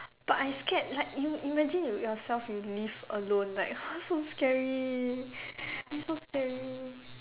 but I scared like you you imagine you yourself you live alone like !huh! so scary !ee! so scary